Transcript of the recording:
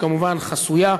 היא כמובן חסויה,